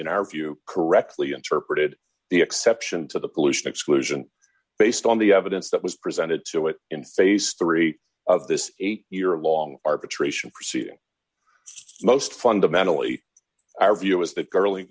in our view correctly interpreted the exception to the pollution exclusion based on the evidence that was presented to it in phase three of this eight year long arbitration proceeding most fundamentally our view is that